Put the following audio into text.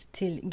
till